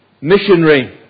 missionary